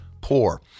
poor